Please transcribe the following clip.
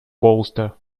bolster